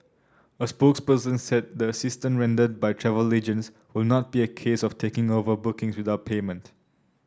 a spokesperson said the assistance rendered by travel agents will not be a case of taking over bookings without payment